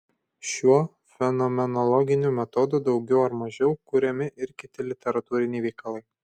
šiuo fenomenologiniu metodu daugiau ar mažiau kuriami ir kiti literatūriniai veikalai